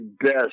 best